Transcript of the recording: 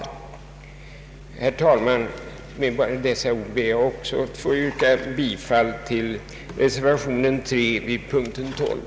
Med dessa ord ber jag också, herr talman, att få yrka bifall till reservationen vid punkten 12.